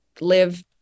live